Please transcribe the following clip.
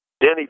Denny